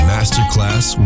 Masterclass